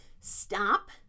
stop